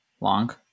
long